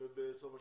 ולסוף השנה.